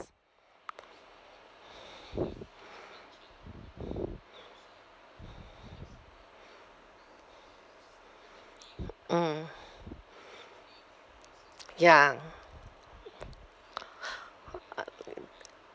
mm ya